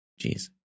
Jeez